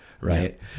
right